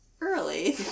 early